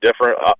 different